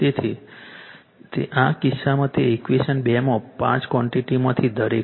તેથી આ કિસ્સામાં તે ઇક્વેશન 2 માં પાંચ ક્વૉન્ટીટીઝમાંથી દરેક છે